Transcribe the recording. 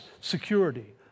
security